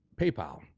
paypal